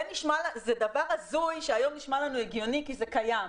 זה דבר הזוי שהיום נשמע לנו הגיוני כי זה קיים.